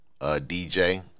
DJ